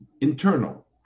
internal